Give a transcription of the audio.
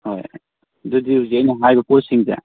ꯍꯣꯏ ꯑꯗꯨꯗꯤ ꯍꯧꯖꯤꯛ ꯑꯩꯅ ꯍꯥꯏꯕ ꯄꯣꯠꯁꯤꯡꯁꯦ